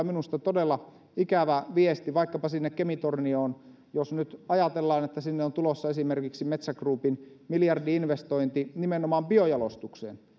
minusta kyllä todella ikävä viesti vaikkapa sinne kemi tornioon jos nyt ajatellaan että sinne on tulossa esimerkiksi metsä groupin miljardi investointi nimenomaan biojalostukseen ja